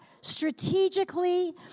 strategically